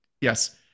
Yes